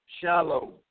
shallow